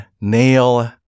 nail